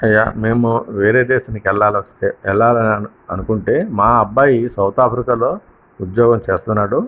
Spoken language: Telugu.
అయ్యా మేము వేరే దేశానికి వెళ్ళాల్సి వస్తే వెళ్ళాలి అనుకుంటే మా అబ్బాయి సౌత్ ఆఫ్రికాలో ఉద్యోగం చేస్తున్నాడు